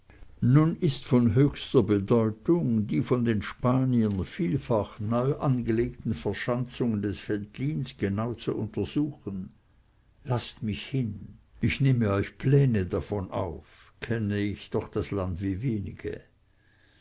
nun ist von höchster bedeutung die von den spaniern vielfach neu angelegten verschanzungen des veltlins genau zu untersuchen laßt mich hin ich nehme euch pläne davon auf kenne ich doch das land wie wenige